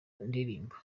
ndirimba